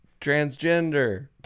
Transgender